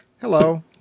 Hello